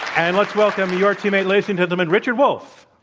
and let's welcome your teammate. ladies and gentlemen, richard wolff.